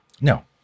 No